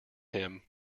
him